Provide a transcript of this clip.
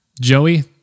Joey